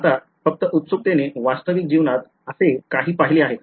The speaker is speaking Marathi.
आता फक्त उत्सुकतेतून वास्तविक जीवनात असे काही पाहिले आहे का